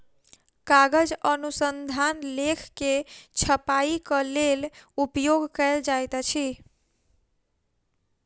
कागज अनुसंधान लेख के छपाईक लेल उपयोग कयल जाइत अछि